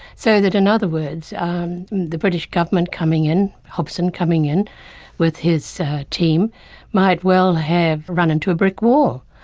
so that in and other words the british government coming in, hobson coming in with his team might well have run into a brick wall.